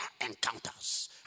encounters